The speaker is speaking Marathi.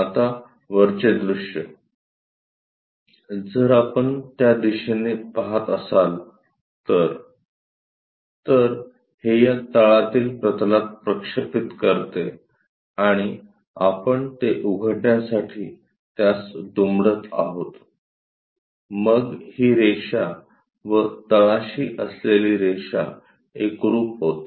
आता वरचे दृश्य जर आपण त्या दिशेने पहात असाल तर तर हे या तळातील प्रतलात प्रक्षेपित करते आणि आपण ते उघडण्यासाठी त्यास दुमडत आहोत मग ही रेषा व तळाशी असलेली रेषा एकरूप होते